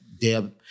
Deb